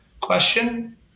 question